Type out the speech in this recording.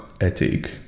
ethic